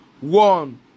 one